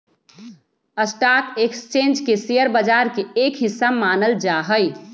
stock exchange के share बाजार के एक हिस्सा मानल जा हई